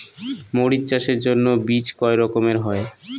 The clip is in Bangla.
মরিচ চাষের জন্য বীজ কয় রকমের হয়?